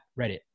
Reddit